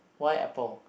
why apple